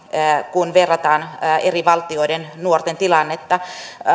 kun verrataan eri valtioiden nuorten tilannetta